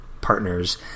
partners